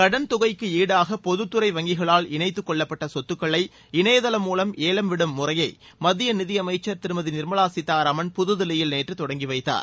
கடன் தொகைக்கு ஈடாக பொதுத்துறை வங்கிகளால் இணைத்துக் கொள்ளப்பட்ட சொத்துக்களை இணையதளம் மூலம் ஏலம் விடும் முறையை மத்திய நிதியமைச்சர் திருமதி நிர்மவா சீதாராமன் புதுதில்லியில் நேற்று தொடங்கி வைத்தார்